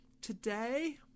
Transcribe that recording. Today